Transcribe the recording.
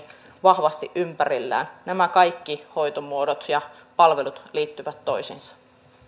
vahvasti ympärillään nämä kaikki hoitomuodot ja palvelut liittyvät toisiinsa